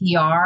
PR